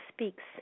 speaks